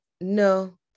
no